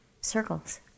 circles